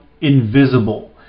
invisible